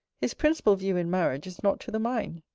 his principal view in marriage is not to the mind.